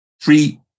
three